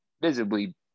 visibly